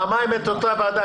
פעמיים את אותה ועדה.